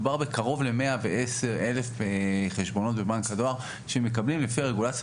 מדובר בקרוב ל-110,000 חשבונות בבנק הדואר שמקבלים לפי הרגולציה